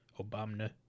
Obama